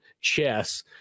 chess